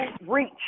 reach